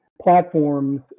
platforms